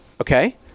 okay